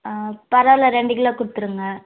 ஆ பரவாயில்ல ரெண்டு கிலோ கொடுத்துருங்க